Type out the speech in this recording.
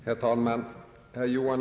Herr talman!